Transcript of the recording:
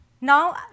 Now